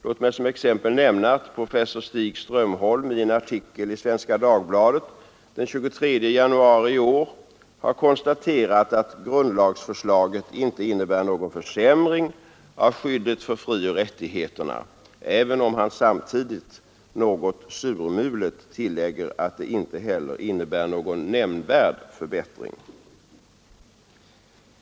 Låt mig som exempel nämna att professor Stig Strömholm i en artikel i Svenska Dagbladet den 23 januari i år har konstaterat att grundlagsförslaget inte innebär någon försämring av skyddet för frioch rättigheterna, även om han samtidigt, något surmulet, tillägger att det inte heller innebär någon nämnvärd förbättring.